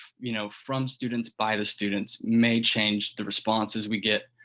you know, from students by the students may change the responses we get,